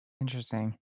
Interesting